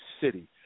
City